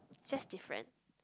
just different